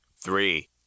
Three